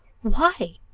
Why